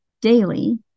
daily